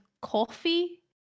coffee